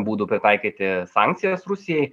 būdų pritaikyti sankcijas rusijai